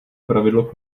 pravidlo